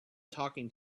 talking